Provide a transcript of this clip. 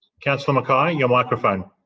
councillor mackay, and your microphone.